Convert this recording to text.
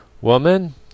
Woman